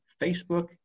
Facebook